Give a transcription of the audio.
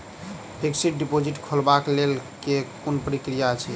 Fixed deposit खोलबाक लेल केँ कुन प्रक्रिया अछि?